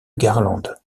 garlande